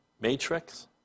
matrix